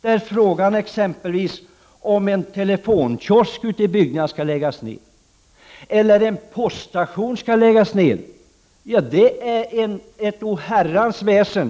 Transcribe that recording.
där nedläggning av en telefonkiosk — Prot. 1989/90:35 eller en poststation ute i bygderna orsakar ett oherrans väsen.